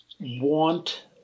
want